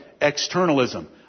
externalism